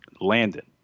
Landon